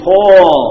Paul